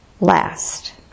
last